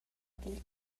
dil